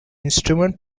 instrument